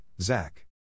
Zach